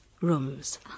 rooms